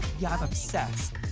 yeah, i'm obsessed!